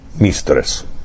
Mistress